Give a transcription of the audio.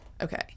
okay